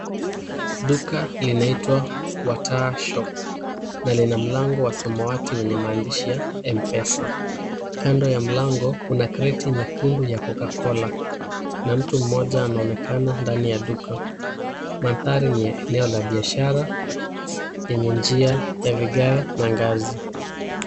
Duka linaitwa Wataa shop na lina mlango wa samawati wenye maandishi ya Mpesa. Kando ya mlango kuna kreti nyekundu ya Cocacola na mtu mmoja anaonekana ndani ya duka. Mandhari ni ya eneo la biashara lenye njia ya vigae na ngazi.